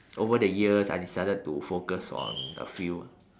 over the years I decided to focus on a few ah